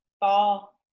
ball